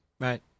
Right